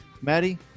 Maddie